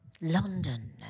London